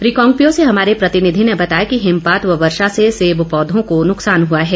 रिकांगपिओ से हमारे प्रतिनिधि ने बताया कि हिमपात व वर्षा से सेब पौधों को नुकसान हुआ है